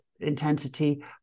intensity